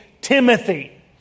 Timothy